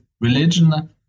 religion